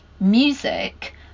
music